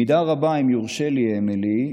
אם יורשה לי, אמילי,